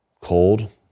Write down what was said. Cold